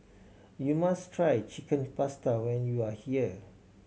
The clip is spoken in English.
you must try Chicken Pasta when you are here